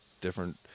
different